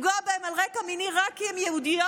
לפגוע בהן על רקע מיני רק כי הן יהודיות.